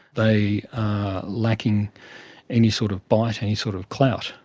they are lacking any sort of bite, any sort of clout.